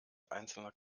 einzelner